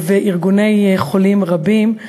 וארגוני חולים רבים,